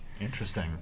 Interesting